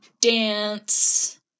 Dance